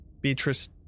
Beatrice